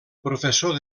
professor